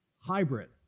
hybrid